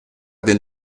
del